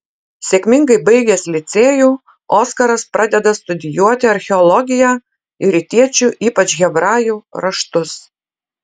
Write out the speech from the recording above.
sėkmingai baigęs licėjų oskaras pradeda studijuoti archeologiją ir rytiečių ypač hebrajų raštus